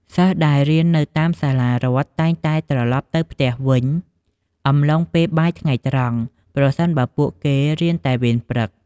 សិស្សដែលរៀននៅតាមសាលារដ្ឋតែងតែត្រឡប់ទៅផ្ទះវិញអំឡុងពេលបាយថ្ងៃត្រង់ ប្រសិនបើពួកគេរៀនតែវេនព្រឹក។